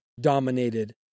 dominated